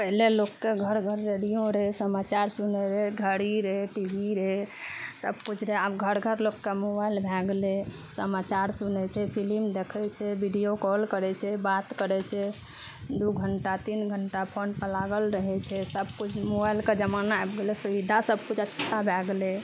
पहिले लोकके घर घर रेडियो रहै समाचार सुनै रहै घड़ी रहै टी वी रहै सब किछु रहै आब घर घर लोकके मोबाइल भए गेलै समाचार सुनै छै फिलिम देखै छै वीडियो कॉल करै छै बात करै छै दू घण्टा तीन घण्टा फोन पर लागल रहै छै सभकिछु मोबाइलके जमाना आबि गेलै सुविधा सभकुछ अच्छा भए गेलै